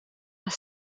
gaan